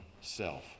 self